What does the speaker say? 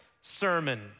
sermon